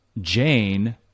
Jane